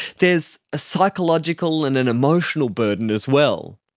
there's a psychological and an emotional burden as well.